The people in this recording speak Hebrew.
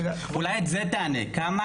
אולי את זה תענה, כמה